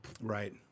Right